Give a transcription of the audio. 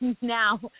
now